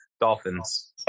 Dolphins